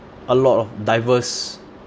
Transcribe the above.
a lot of diverse